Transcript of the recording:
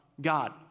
God